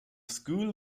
school